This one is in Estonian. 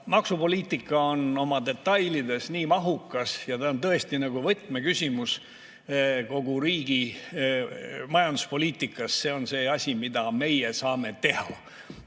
Maksupoliitika on oma detailides ülimalt mahukas ja see on tõesti võtmeküsimus kogu riigi majanduspoliitikas. See on see asi, mida meie saame teha,